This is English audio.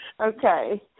Okay